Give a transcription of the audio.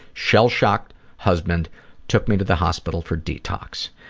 shell-shocked husband took me to the hospital for detox.